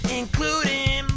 including